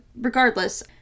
regardless-